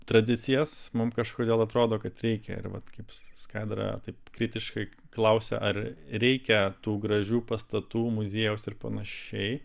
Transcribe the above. tradicijas mum kažkodėl atrodo kad reikia ir vat kaip skaidra taip vat kritiškai klausia ar reikia tų gražių pastatų muziejaus ir panašiai